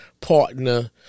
partner